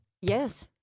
Yes